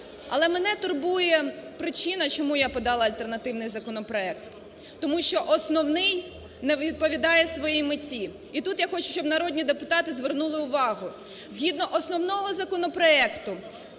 Але мене турбує причина, чому я подала альтернативний законопроект, тому що основний не відповідає своїй меті. І тут я хочу, щоб народні депутати звернули увагу. Згідно основного законопроекту